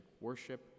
worship